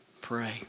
pray